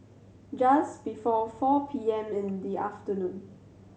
just before four P M in the afternoon